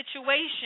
situation